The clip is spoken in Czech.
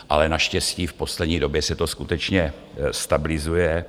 ale naštěstí v poslední době se to skutečně stabilizuje.